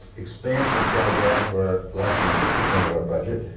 expansive program for less than two percent of our budget.